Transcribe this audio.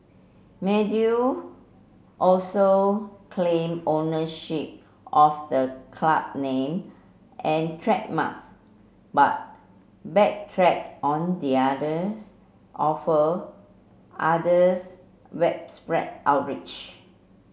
also claimed ownership of the club name and trademarks but backtracked on the others offer others outrage